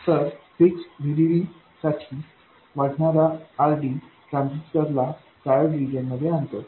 तर फिक्स VDDसाठी वाढणारा RD ट्रान्झिस्टर ला ट्रायोड रिजन मध्ये आणतो